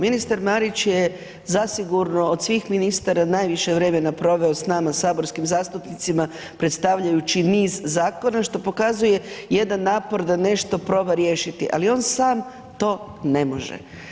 Ministar Marić je zasigurno od svih ministara najviše vremena proveo s nama saborskim zastupnicima predstavljajući niz zakona, što pokazuje jedan napor da nešto proba riješiti, ali on sam to ne može.